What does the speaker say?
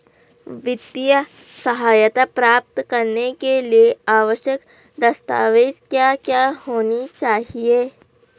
वित्तीय सहायता प्राप्त करने के लिए आवश्यक दस्तावेज क्या क्या होनी चाहिए?